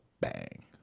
Bang